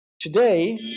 today